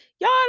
Y'all